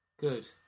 Good